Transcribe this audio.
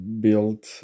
built